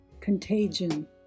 Contagion